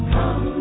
Come